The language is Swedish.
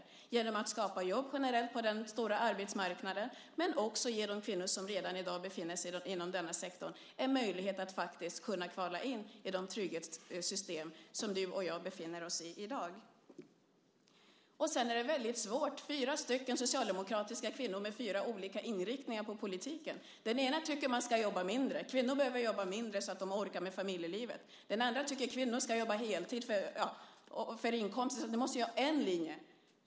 Vi vill göra det genom att skapa jobb generellt på den stora arbetsmarknaden, men vi vill också ge de kvinnor som redan i dag befinner sig inom den svarta sektorn en möjlighet att faktiskt kunna kvala in i de trygghetssystem där du och jag befinner oss i dag. Sedan är det väldigt svårt när fyra socialdemokratiska kvinnor har fyra olika inriktningar på politiken. Den ena tycker att man ska jobba mindre - kvinnor behöver jobba mindre så att de orkar med familjelivet. Den andra tycker att kvinnor ska jobba heltid för inkomstens skull. Ni måste ju ha en linje.